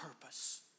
purpose